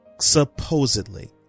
supposedly